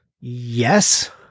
yes